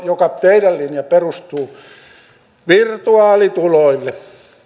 teidän linjanne perustuu virtuaalituloihin